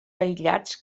aïllats